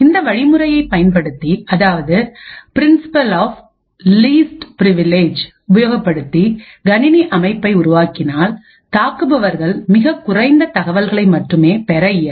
இந்த வழிமுறையை பயன்படுத்தி அதாவது principle of least privilege உபயோகப்படுத்தி கணினி அமைப்பை உருவாக்கினால் தாக்குபவர்கள் மிகக்குறைந்த தகவல்களை மட்டுமே பெற இயலும்